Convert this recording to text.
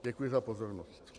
Děkuji za pozornost.